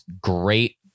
great